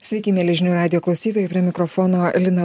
sveiki mieli žinių radijo klausytojai prie mikrofono lina